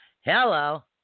Hello